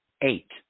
eight